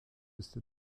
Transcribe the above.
cette